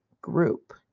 group